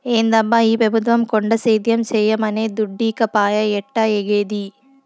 ఏందబ్బా ఈ పెబుత్వం కొండ సేద్యం చేయమనె దుడ్డీకపాయె ఎట్టాఏగేది